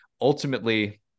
Ultimately